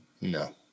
No